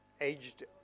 aged